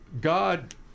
God